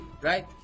right